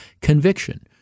conviction